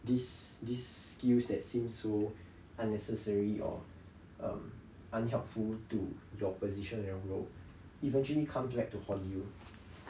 this this skills that seemed so unnecessary or um unhelpful to your position and your role eventually comes back to haunt you